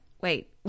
wait